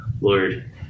Lord